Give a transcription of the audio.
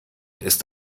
ist